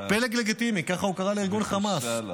פלג לגיטימי, כך הוא קרא לארגון חמאס.